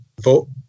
vote